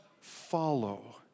follow